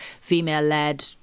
female-led